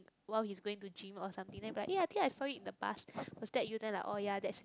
while he's going to gym or something then be like eh I think I saw you in the bus was that you then I like oh ya that's me